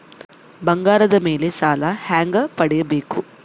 ಬಂಗಾರದ ಮೇಲೆ ಸಾಲ ಹೆಂಗ ಪಡಿಬೇಕು?